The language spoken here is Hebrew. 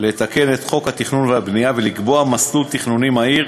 לתקן את חוק התכנון והבנייה ולקבוע מסלול תכנוני מהיר